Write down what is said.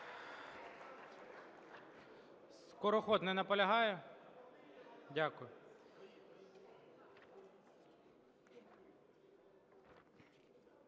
Дякую.